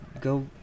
Go